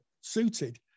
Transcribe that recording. suited